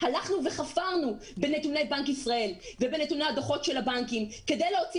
הלכנו וחפרנו בנתוני בנק ישראל ובנתוני הדוחות של הבנקים כדי להוציא